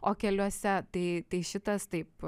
o keliuose tai tai šitas taip